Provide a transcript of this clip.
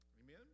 Amen